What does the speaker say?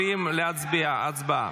הצבעה.